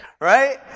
right